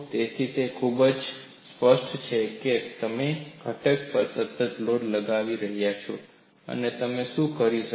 તેથી તે ખૂબ જ સ્પષ્ટ છે કે તમે ઘટક પર સતત લોડ લાગુ કરી રહ્યાં છો અને તમે શું કરી શકો